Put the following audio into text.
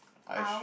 I sh~